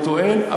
הוא טוען.